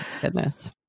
goodness